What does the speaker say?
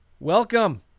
Welcome